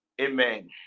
Amen